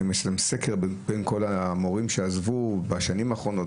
האם ערכתם סקר בין כל המורים שעזבו בשנים האחרונות,